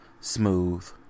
smooth